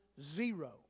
zero